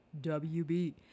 WB